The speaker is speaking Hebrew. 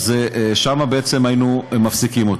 שם בעצם היינו מפסיקים.